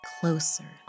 closer